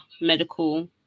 medical